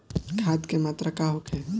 खाध के मात्रा का होखे?